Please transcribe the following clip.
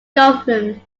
government